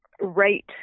right